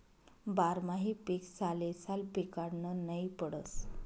बारमाही पीक सालेसाल पिकाडनं नै पडस